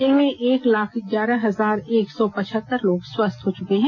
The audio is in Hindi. इनमें एक लाख ग्यारह हजार एक सौ पचहत्तर लोग स्वस्थ हो चुके हैं